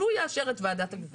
שהוא יאשר את ועדת הגבייה.